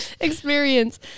Experience